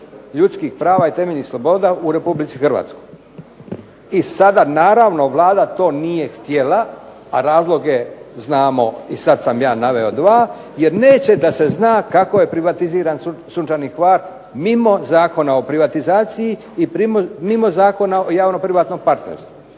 ljudskih prava i temeljnih sloboda u RH. I sada naravno Vlada to nije htjela, a razloge znamo i sada sam ja naveo dva, jer neće da se zna kako je privatiziran Sunčani Hvar mimo Zakona o privatizaciji i mimo Zakona o javno-privatnom partnerstvu.